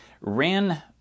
ran